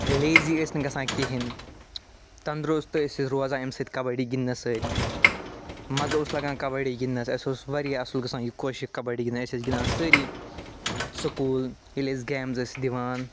lazy ٲسۍ نہٕ گژھان کِہیٖنۍ تَنٛدرُست ٲسۍ أسۍ روزان اَمہِ سۭتۍ کَبَڈی گِنٛدنہٕ سۭتۍ مَزٕ اوس لَگان کَبَڈی گِنٛدنَس اسہِ اوس واریاہ اصٕل گژھان یہِ خۄش یہِ کَبَڈی گِنٛدٕنۍ أسۍ ٲسۍ گِنٛدان سٲری سُکوٗل ییٚلہِ اسہِ گیمٕز ٲسۍ دِوان